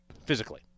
Physically